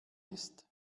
ist